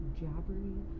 jabbering